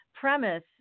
premise